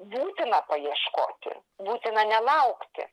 būtina paieškoti būtina nelaukti